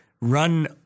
run